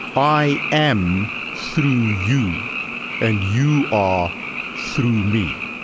i am through you and you are through me.